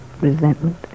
resentment